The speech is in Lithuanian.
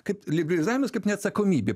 kaip legalizavimas kaip neatsakomybė